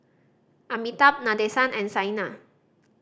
Amitabh Nadesan and Saina